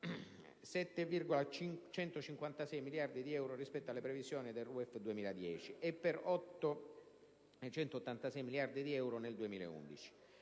7,156 miliardi di euro rispetto alle previsioni della RUEF 2010, e per 8,186 miliardi di euro nel 2011.